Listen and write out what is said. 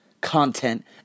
content